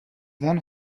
den